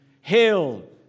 hail